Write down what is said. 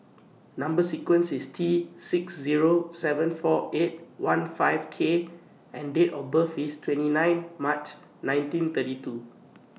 Number sequence IS T six Zero seven four eight one five K and Date of birth IS twenty nine March nineteen thirty two